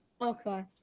okay